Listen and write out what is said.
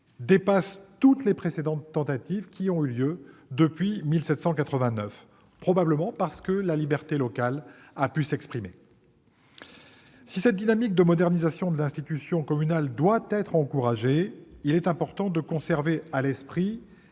dépasse toutes les précédentes tentatives intervenues en la matière depuis 1789. » Probablement parce que la liberté locale a pu s'exprimer. Si cette dynamique de modernisation de l'institution communale doit être encouragée, il est important de conserver à l'esprit,